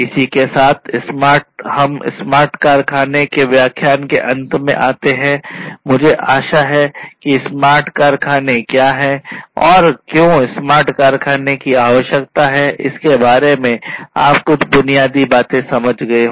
इसी के साथ हम स्मार्ट कारखाने पर व्याख्यान के अंत में आते हैं मुझे आशा है कि स्मार्ट कारखाने क्या हैं और क्यों स्मार्ट कारखानों की आवश्यकता है इसके बारे में आपको कुछ बुनियादी समझ हो गई है